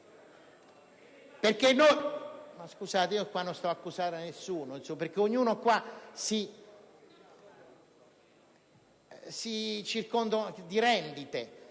perché ognuno qui si circonda di rendite.